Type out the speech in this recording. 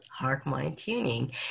heartmindtuning